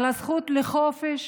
על הזכות לחופש.